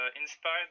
inspired